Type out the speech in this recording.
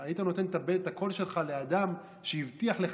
היית נותן את הקול שלך לאדם שהבטיח לך,